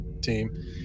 team